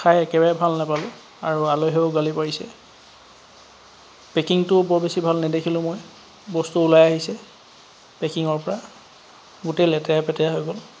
খাই একেবাৰে ভাল নাপালোঁ আৰু আলহীয়েও গালি পাৰিছে পেকিংটোও বৰ বেছি ভাল নেদেখিলোঁ মই বস্তু ওলাই আহিছে পেকিঙৰ পৰা গোটেই লেতেৰা পেতেৰা হৈ গ'ল